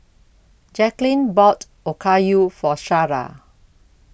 Jaclyn bought Okayu For Shara